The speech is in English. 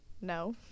no